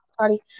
sorry